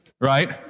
right